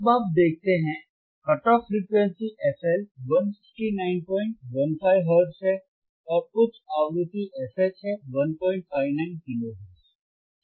अब आप देखते हैं cut off frequency fL 15915 hertz है और उच्च आवृत्ति fH है 159 किलो हर्ट्ज़